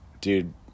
Dude